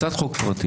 הצעת חוק פרטית